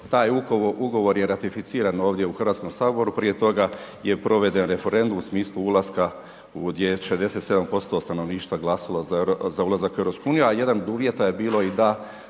Taj ugovor je ratificiran ovdje u HS, prije toga je proveden referendum u smislu ulaska u …/Govornik se ne razumije/…, 78% stanovništva glasalo za ulazak u EU, a jedan od uvjeta je bilo i da